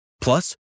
Plus